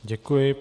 Děkuji.